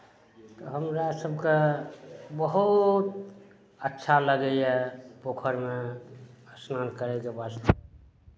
तऽ हमरा सभके बहुत अच्छा लागैए पोखरिमे स्नान करयके वास्ते